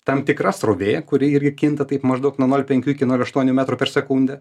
tam tikra srovė kuri irgi kinta taip maždaug nuo nol penkių iki nol aštuonių metrų per sekundę